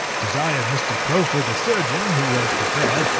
desired mr. crowford the surgeon, who was prepared,